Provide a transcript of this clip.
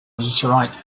meteorite